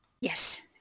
yes